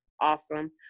awesome